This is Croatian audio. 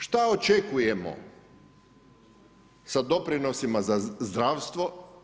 Šta očekujemo sa doprinosima za zdravstvo.